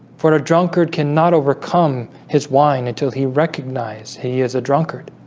for a drunkard cannot overcome his wine until he recognized he is a drunkard